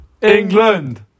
England